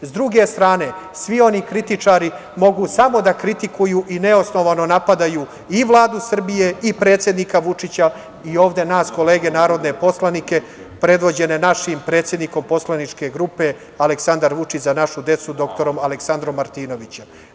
S druge strane, svi oni kritičari mogu samo da kritikuju i neosnovano napadaju i Vladu Srbije i predsednika Vučića i ovde nas kolege narodne poslanike predvođene našim predsednikom Poslaničke grupe Aleksandar Vučić – Za našu decu, dr Aleksandrom Martinovićem.